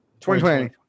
2020